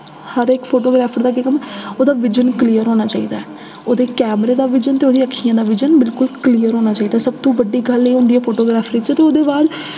हर इक फोटोग्राफर दा केह् कम्म ऐ उदा विजन क्लियर होना चाहिदा ऐ उदे कैमरे दा विजन ते उदी अक्खियें दा विजन बिल्कुल क्लियर होना चाहिदा सब तो बड्डी गल्ल एह् होंदी ऐ फोटोग्राफ्री च ते ओह्दे बाद